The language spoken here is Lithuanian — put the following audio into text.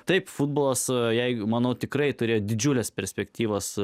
taip futbolas u jeigu manau tikrai turėjo didžiules perspektyvas